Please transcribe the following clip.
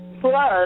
Plus